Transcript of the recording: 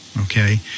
Okay